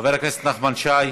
חבר הכנסת נחמן שי,